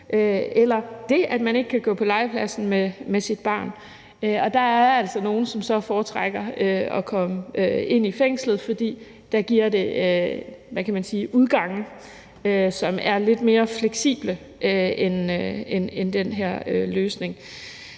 eller fordi man ikke kan gå på legepladsen med sit barn. Der er altså nogle, der foretrækker at komme ind i fængslet, fordi der får man udgange, som er lidt mere fleksible end den her løsning.